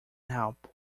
help